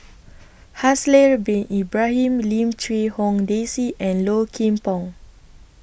Haslir Bin Ibrahim Lim Quee Hong Daisy and Low Kim Pong